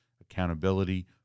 accountability